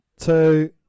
two